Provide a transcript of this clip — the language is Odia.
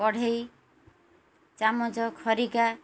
କଢ଼େଇ ଚାମଚ ଖରିକା